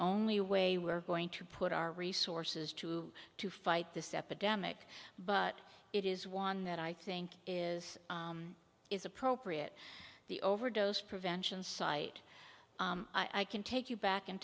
only way we're going to put our resources to to fight this epidemic but it is one that i think is is appropriate the overdose prevention site i can take you back in